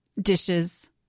dishes